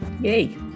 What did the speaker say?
Yay